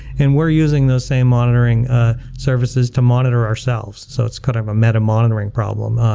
and we're using those same monitoring ah services to monitor ourselves, so it's kind of a meta-monitoring problem.